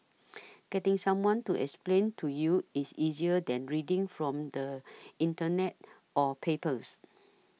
getting someone to explain to you is easier than reading from the Internet or papers